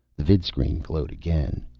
the vidscreen glowed again.